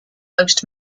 most